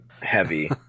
Heavy